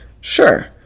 Sure